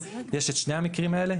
יש את שני המקרים האלה.